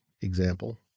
example